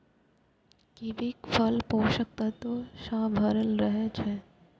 कीवीक फल पोषक तत्व सं भरल रहै छै